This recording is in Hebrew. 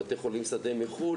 בתי חולים שדה מחוץ-לארץ,